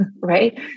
Right